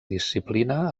disciplina